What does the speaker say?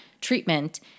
treatment